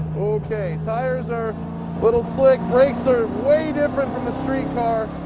ok. tires are little slick. brakes are way different from the street car.